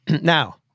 now